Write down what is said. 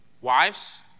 Wives